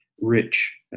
Rich